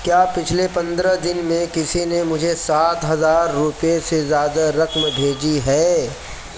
کیا پچھلے پندرہ دن میں کسی نے مجھے سات ہزار روپئے سے زیادہ رقم بھیجی ہے